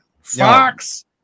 Fox